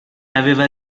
aveva